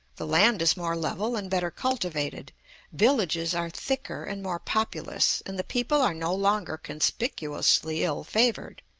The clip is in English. the land is more level and better cultivated villages are thicker and more populous and the people are no longer conspicuously ill-favored.